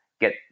get